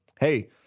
Hey